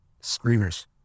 Screamers